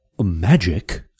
magic